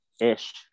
ish